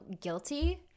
guilty